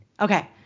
Okay